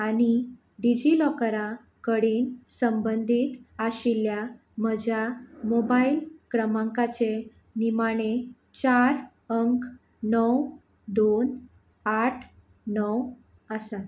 आनी डिजिलॉकरां कडेन संबंदीत आशिल्ल्या म्हज्या मोबायल क्रमांकाचे निमाणे चार अंक णव दोन आठ णव आसा